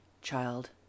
child